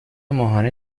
ماهانه